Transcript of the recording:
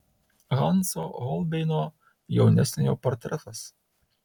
hanso holbeino jaunesniojo portretas